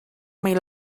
may